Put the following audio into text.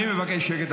שקט.